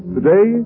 Today